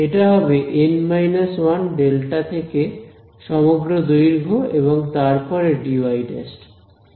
এটা হবে Δ থেকে সমগ্র দৈর্ঘ্য এবং তারপরে dy ′